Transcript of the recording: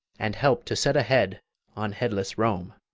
and help to set a head on headless rome.